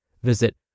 Visit